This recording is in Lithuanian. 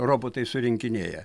robotai surinkinėja